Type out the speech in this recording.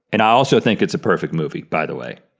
and i also think it's a perfect movie, by the way.